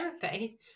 therapy